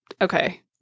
okay